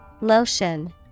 Lotion